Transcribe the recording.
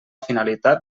finalitat